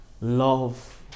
love